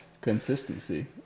Consistency